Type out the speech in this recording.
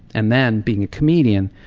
and then being a comedian,